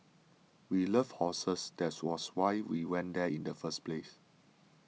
we love horses that was why we went there in the first place